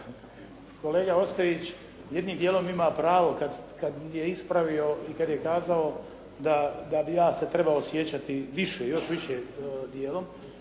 Kolega Ostojić jednim dijelom ima pravo kad je ispravio i kad je kazao da bi ja se trebao osjećati više, još više dijelom